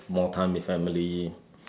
have more time with family